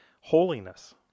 holiness